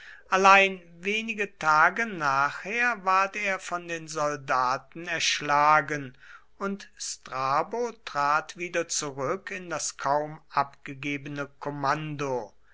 allein wenige tage nachher ward er von den soldaten erschlagen und strabo trat wieder zurück in das kaum abgegebene kommando